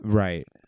right